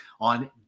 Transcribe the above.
on